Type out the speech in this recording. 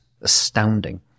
astounding